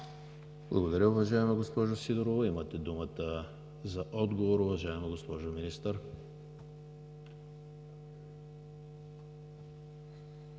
Благодаря, уважаема госпожо Сидорова. Имате думата за отговор, уважаема госпожо Министър.